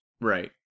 Right